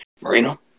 Marino